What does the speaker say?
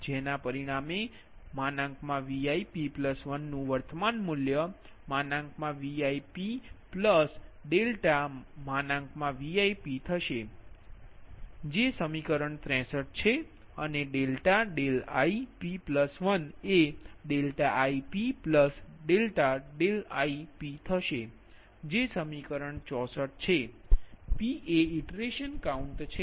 જેના પરીણામે Vip1 નુ વર્તમાન મૂલ્ય Vip∆Vipથશે જે સમીકરણ 63 છે અને ∆ip1 એ ip∆δipથશે જે સમીકરણ 64 છે p એ ઇટરેશન કાઉન્ટ છે